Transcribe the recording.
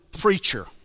preacher